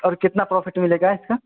और कितना प्रॉफिट मिलेगा इसका